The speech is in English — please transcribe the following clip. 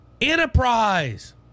enterprise